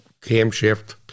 camshaft